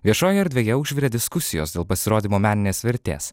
viešojoje erdvėje užvirė diskusijos dėl pasirodymo meninės vertės